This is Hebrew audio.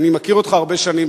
אני מכיר אותך הרבה שנים,